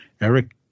Eric